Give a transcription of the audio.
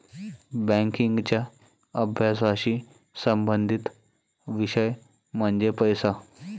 बँकिंगच्या अभ्यासाशी संबंधित विषय म्हणजे पैसा